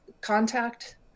contact